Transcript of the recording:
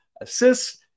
assists